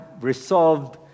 resolved